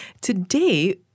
Today